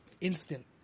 instant